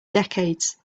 decades